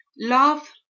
Love